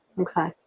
Okay